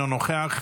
אינו נוכח,